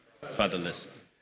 fatherless